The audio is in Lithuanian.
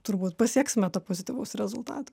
turbūt pasieksime to pozityvaus rezultato